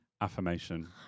Affirmation